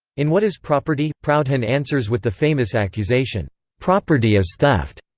in what is property, proudhon answers with the famous accusation property is theft.